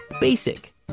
Basic